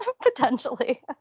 potentially